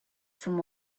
from